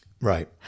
Right